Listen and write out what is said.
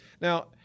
Now